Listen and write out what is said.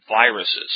viruses